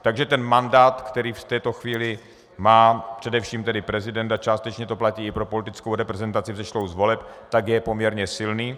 Takže mandát, který v této chvíli má především prezident, a částečně to platí i pro politickou reprezentaci vzešlou z voleb, je poměrně silný.